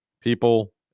people